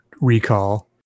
recall